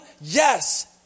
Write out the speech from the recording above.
yes